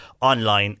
online